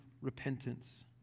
repentance